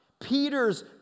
Peter's